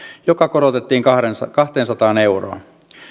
joka korotettiin kahteensataan kahteensataan euroon